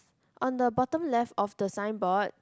on the bottom left of the sign board